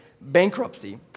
bankruptcy